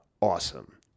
Awesome